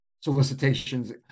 solicitations